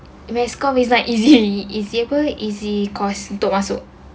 mass comm is like easy easy apa easy course untuk masuk